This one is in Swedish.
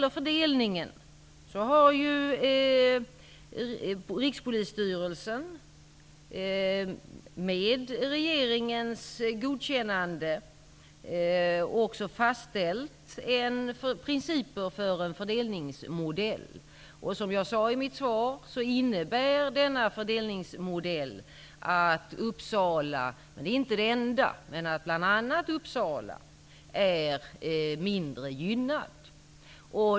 Rikspolisstyrelsen har med regeringens godkännande fastställt principer för en fördelningsmodell. Som jag sade i mitt svar innebär denna fördelningsmodell att bl.a. Uppsala län -- det är inte det enda -- är mindre gynnat.